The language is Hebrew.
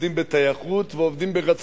עובדים בטייחות ועובדים ברצפות.